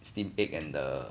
steamed egg and the